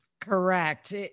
Correct